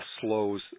slows